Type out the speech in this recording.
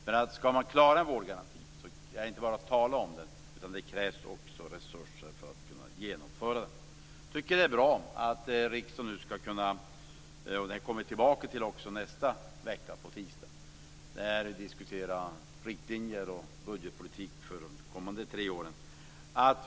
För att klara vårdgarantin går det inte att bara tala om den utan det krävs också resurser för att genomföra den. Det är bra att riksdagen kan tillföra kommunsektorn ytterligare 4 miljarder kronor redan innevarande år och nästa år.